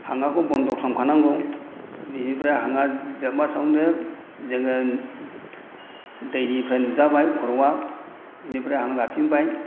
हांखौ बन्द' खालामखानांगौ बेनिफ्राय हांआ जोबनाय समावनो जोङो दैनिफ्राय नुजाबाय खर'आ बेनिफ्राय हां लाफिनबाय